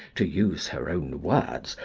to use her own words,